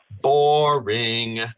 Boring